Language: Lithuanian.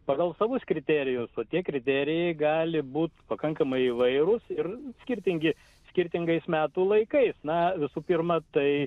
pagal savus kriterijus o tie kriterijai gali būt pakankamai įvairūs ir skirtingi skirtingais metų laikais na visų pirma tai